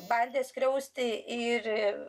bandė skriausti ir